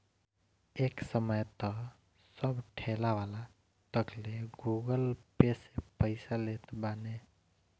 एक समय तअ सब ठेलावाला तकले गूगल पे से पईसा लेत बाने